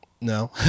no